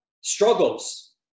Struggles